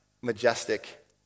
majestic